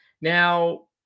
Now